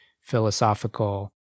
philosophical